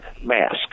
mask